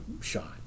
shot